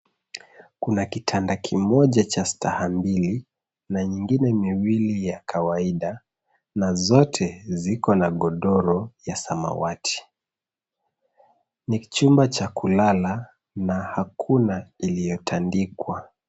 Kuna kitanda kimoja cha staha mbili na nyingine miwili ya kawaida na zote ziko na godoro ya samawati. Ni chumba cha kulala na hakuna iliyotandikwa.